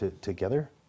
together